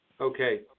Okay